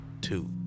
two